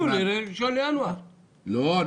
זה 1 בינואר 2022. אני